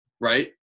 right